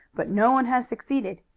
but no one has succeeded.